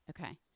Okay